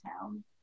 town